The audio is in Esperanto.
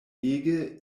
ege